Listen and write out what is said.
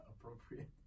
appropriate